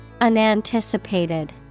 Unanticipated